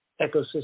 ecosystem